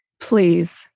please